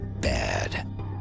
bad